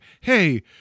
Hey